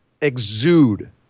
exude